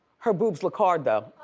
her boobs look hard though.